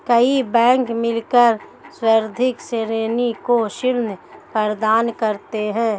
कई बैंक मिलकर संवर्धित ऋणी को ऋण प्रदान करते हैं